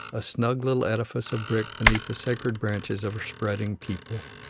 a snug little edifice of brick beneath the sacred branches of a spreading peepul.